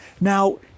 Now